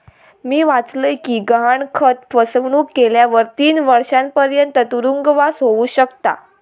मी वाचलय कि गहाणखत फसवणुक केल्यावर तीस वर्षांपर्यंत तुरुंगवास होउ शकता